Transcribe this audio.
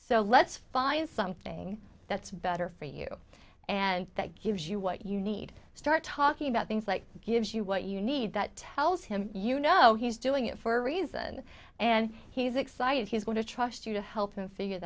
so let's find something that's better for you and that gives you what you need start talking about things like gives you what you need that tells him you know he's doing it for a reason and he's excited he's going to trust you to help him figure